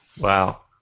Wow